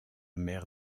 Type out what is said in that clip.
mère